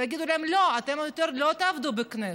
ויגידו להם: לא, אתם יותר לא תעבדו בכנסת,